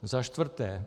Za čtvrté.